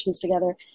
together